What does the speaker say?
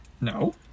No